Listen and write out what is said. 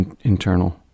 internal